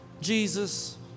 Jesus